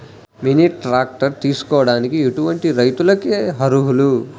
Mini tractor తీసుకోవడానికి ఎటువంటి రైతులకి అర్హులు?